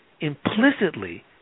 implicitly